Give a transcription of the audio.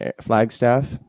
Flagstaff